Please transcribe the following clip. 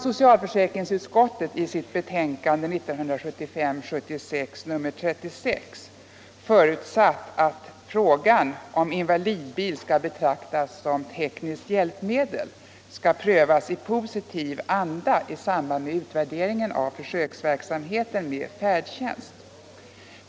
Socialförsäkringsutskottet har i sitt betänkande 1975/76:36 förutsatt att frågan, om invalidbil skall betraktas som tekniskt hjälpmedel. skall prövas i positiv anda i samband med utvärderingen av försöksverksamheten med färdtjänst.